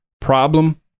Problem